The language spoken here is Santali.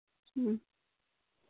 ᱦᱩᱸ